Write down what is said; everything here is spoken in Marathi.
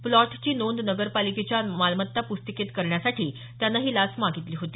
प्लॉटची नोंद नगर पालिकेच्या मालमत्ता पुस्तिकेत करण्यासाठी त्यानं ही लाच मागितली होती